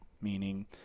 meaning